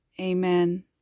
Amen